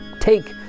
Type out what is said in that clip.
Take